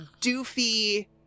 doofy